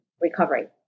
recovery